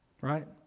Right